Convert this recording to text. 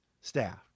staff